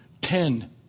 Ten